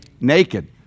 Naked